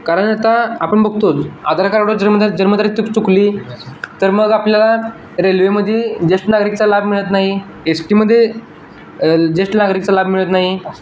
कारण आता आपण बघतोच आधार कार्डवर जर्मधार जन्मतारीख चुकली तर मग आपल्याला रेल्वेमध्ये ज्येष्ठ नागरिकचा लाभ मिळत नाही एस टीमध्ये ज्येष्ठ नागरिकचा लाभ मिळत नाही